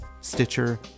Stitcher